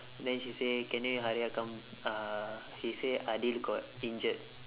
then she say can you hurry up come uh he say adil got injured